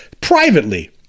privately